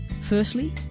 Firstly